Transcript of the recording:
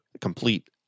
complete